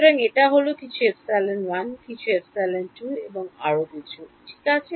সুতরাং এটা হলো কিছু epsilon 1 কিছু epsilon 2 এবং আরো কিছু ঠিক আছে